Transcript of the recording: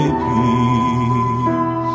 peace